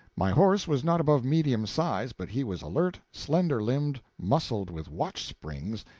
my horse was not above medium size, but he was alert, slender-limbed, muscled with watchsprings,